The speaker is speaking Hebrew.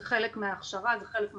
זה חלק מההכשרה, זה חלק מהסילבוס.